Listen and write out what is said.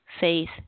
faith